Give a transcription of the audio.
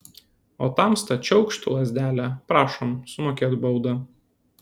o tamsta čiaukšt lazdele prašom sumokėt baudą